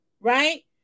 right